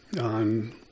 on